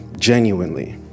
Genuinely